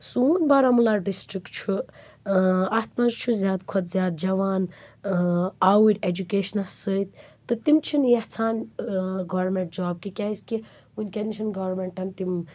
سون بارہمولہ ڈِسٹرک چھُ اَتھ منٛز چھِ زیادٕ کھۄتہٕ زیادٕ جوان آوٕرۍ ایٚجُوٗکیشنَس سۭتۍ تہٕ تِم چھِنہٕ یژھان گورمیٚنٛٹ جاب تِکیٛازِ کہ وُنکیٚن چھِنہٕ گورمیٚنٛٹَن تِم